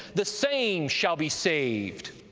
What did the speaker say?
the same shall be saved.